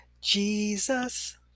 Jesus